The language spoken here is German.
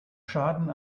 schaden